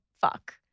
Fuck